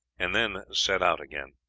and then set out again.